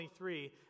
23